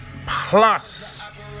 Plus